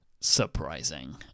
surprising